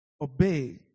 obey